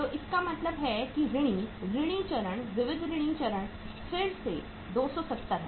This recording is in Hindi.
तो इसका मतलब है कि ऋणी ऋणी चरण विविध ऋणी चरण फिर से 270 है